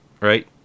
right